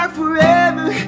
Forever